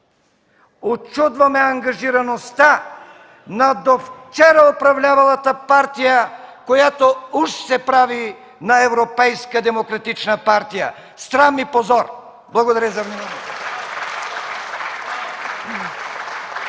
Учудва ме ангажираността на довчера управлявалата партия, която уж се прави на европейска демократична партия! Срам и позор! Благодаря за вниманието.